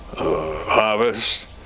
harvest